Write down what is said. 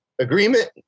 agreement